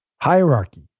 Hierarchy